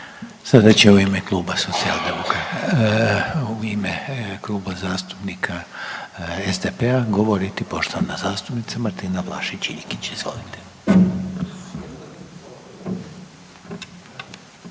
Sada će u ime Kluba zastupnika SDP-a govoriti poštovana zastupnica Martina Vlašić Iljkić, izvolite.